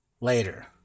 later